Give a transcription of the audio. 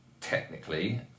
technically